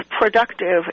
productive